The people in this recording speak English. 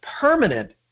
permanent